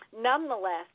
nonetheless